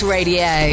Radio